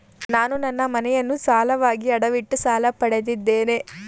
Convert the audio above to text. ನಾನು ನನ್ನ ಮನೆಯನ್ನು ಸಾಲವಾಗಿ ಅಡವಿಟ್ಟು ಸಾಲ ಪಡೆದಿದ್ದೇನೆ